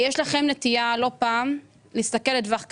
יש לכם נטייה לא פעם להסתכל לטווח קצר.